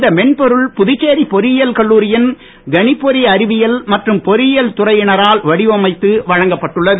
இந்த மென்பொருள் புதுச்சேரி பொறியியல் கல்லூரியின் கணிப்பொறி அறிவியல் மற்றும் பொறியியல் துறையினரால் வடிவமைத்து வழங்கப்பட்டுள்ளது